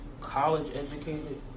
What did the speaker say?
college-educated